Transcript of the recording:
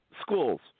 schools